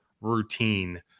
routine